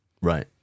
Right